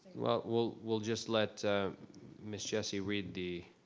well, we'll we'll just let ms. jessie read the.